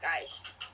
guys